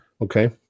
Okay